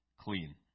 clean